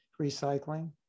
Recycling